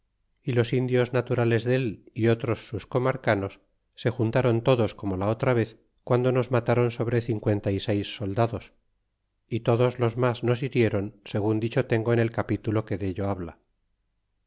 é los indios naturales dél y otros sus comarcanos se juntron todos como la otra vez guando nos rnatron sobre cincuenta y seis soldados y todos los mas nos hiriéron segun dicho tengo en el capitulo que dello habla